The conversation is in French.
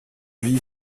vie